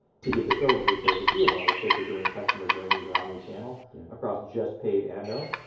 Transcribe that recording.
to get this over because the cmo is sick of doing customer journeys or omni channel across just paid and owned.